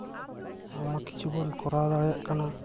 ᱟᱭᱢᱟ ᱠᱤᱪᱷᱩ ᱵᱚᱱ ᱠᱚᱨᱟᱣ ᱫᱟᱲᱮᱭᱟᱜ ᱠᱟᱱᱟ